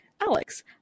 Alex